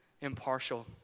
impartial